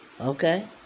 Okay